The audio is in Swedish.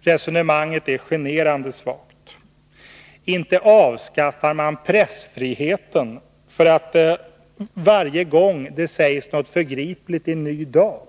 Resonemanget är generande svagt. Inte avskaffar man pressfriheten varje gång det sägs någonting förgripligt i Ny Dag!